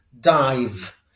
Dive